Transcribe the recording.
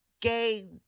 gay